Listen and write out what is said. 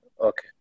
Okay